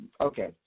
okay